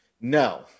No